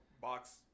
box